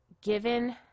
given